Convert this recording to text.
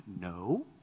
No